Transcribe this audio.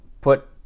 put